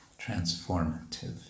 transformative